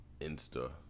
Insta